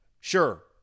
Sure